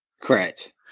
Correct